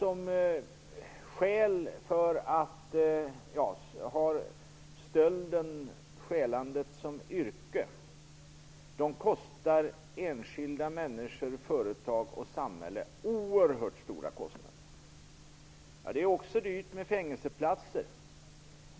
De som har stjälandet som yrke kostar enskilda människor, företag och samhälle oerhört mycket. Jag håller med om att det också är dyrt med fängelseplatser.